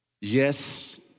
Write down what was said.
Yes